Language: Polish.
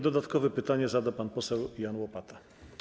Dodatkowe pytanie zada pan poseł Jan Łopata.